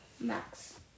Max